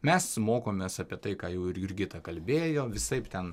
mes mokomės apie tai ką jau ir jurgita kalbėjo visaip ten